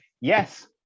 Yes